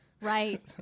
Right